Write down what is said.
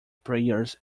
prayers